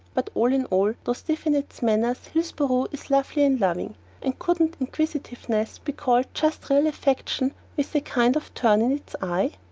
but all in all, though stiff in its manners, hillsboro is lovely and loving and couldn't inquisitiveness be called just real affection with a kind of turn in its eye?